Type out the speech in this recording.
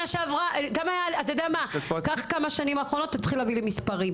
קח כמה שנים אחורה ותתחיל להביא לי מספרים.